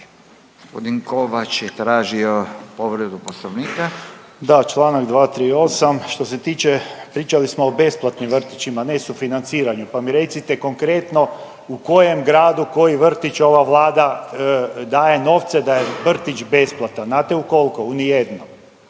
Gospodin Kovač je tražio povredu Poslovnika. **Kovač, Stjepan (HSS)** Da, članak 238. Što se tiče pričali smo o besplatnim vrtićima, ne sufinanciranju pa mi recite konkretno u kojem gradu koji vrtić ova Vlada daje novce da je vrtić besplatan. Znate u koliko? U ni jednom,